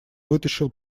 вытащил